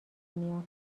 میاد